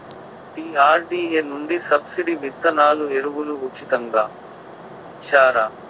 DRDA నుండి subsidy విత్తనాలు ఎరువులు ఉచితంగా ఇచ్చారా?